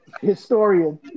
historian